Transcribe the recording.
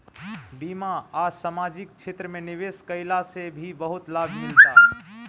बीमा आ समाजिक क्षेत्र में निवेश कईला से भी बहुते लाभ मिलता